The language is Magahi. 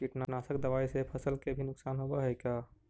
कीटनाशक दबाइ से फसल के भी नुकसान होब हई का?